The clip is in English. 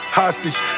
hostage